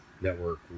network